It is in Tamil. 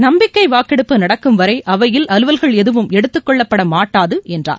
நம்பிக்கை வாக்கெடுப்பு நடக்கும் வரை அவையில் அலுவல்கள் எதுவும் எடுத்துக்கொள்ள மாட்டாது என்றார்